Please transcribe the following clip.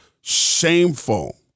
shameful